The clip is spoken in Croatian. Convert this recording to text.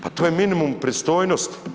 Pa to je minimum pristojnosti.